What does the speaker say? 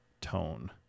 tone